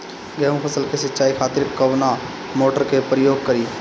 गेहूं फसल के सिंचाई खातिर कवना मोटर के प्रयोग करी?